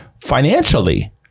financially